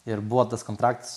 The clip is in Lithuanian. ir buvo tas kontraktas